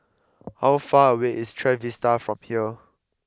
how far away is Trevista from here